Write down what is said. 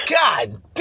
God